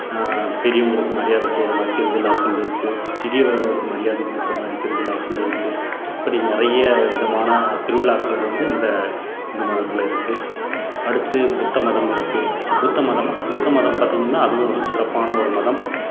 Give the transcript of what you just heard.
பெரியவங்களுக்கு மரியாதை செய்கிற மாதிரி திருவிழாக்கள் இருக்குது சிறியவர்களுக்கு மரியாதை கொடுக்கற மாதிரி திருவிழாக்களும் இருக்குது இப்படி நிறைய விதமான திருவிழாக்கள் வந்து இந்த இந்து மதத்தில் இருக்குது அடுத்து புத்த மதம் இருக்குது புத்த மதம் புத்த மதம் பார்த்தீங்கன்னா அதுவும் ஒரு சிறப்பான ஒரு மதம்